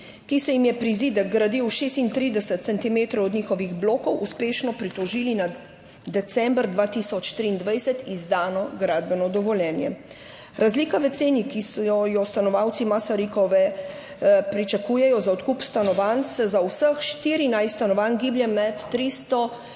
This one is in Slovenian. ki se jim je prizidek gradil 36 centimetrov od njihovih blokov, uspešno pritožili na decembra 2023 izdano gradbeno dovoljenje. Razlika v ceni, ki jo stanovalci Masarykove pričakujejo za odkup stanovanj, se za vseh 14 stanovanj giblje med 300